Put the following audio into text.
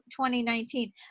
2019